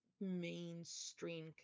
mainstream